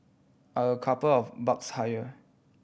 are a couple of bucks higher